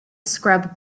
scrub